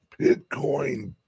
bitcoin